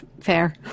Fair